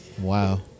Wow